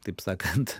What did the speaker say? taip sakant